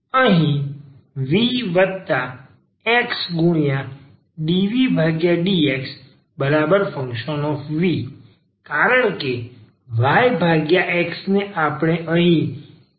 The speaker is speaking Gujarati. અહીં vxdvdxfv કારણ કે yx ને આપણે અહીં v તરીકે ધારણ કર્યું છે